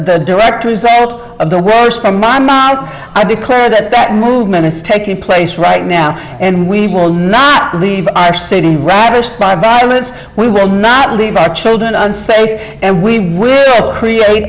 direct result of the roast from my mouth i declare that that movement is taking place right now and we will not leave our city ravaged by violence we will not leave our children unsafe and we will create